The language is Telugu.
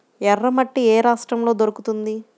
ఎర్రమట్టి ఏ రాష్ట్రంలో దొరుకుతుంది?